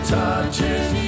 touches